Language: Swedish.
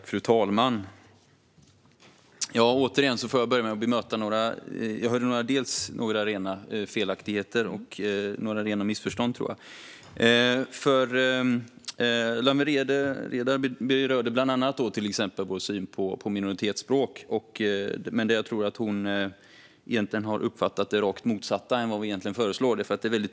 Fru talman! Återigen får jag börja med att bemöta några rena felaktigheter och även några rena missförstånd - tror jag. Lawen Redar berörde bland annat vår syn på minoritetsspråk, men jag tror att hon har uppfattat det som raka motsatsen till det vi egentligen föreslår.